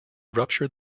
rupture